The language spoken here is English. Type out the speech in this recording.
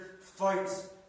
fights